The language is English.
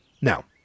Now